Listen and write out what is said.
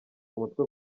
umutwe